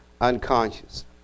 unconscious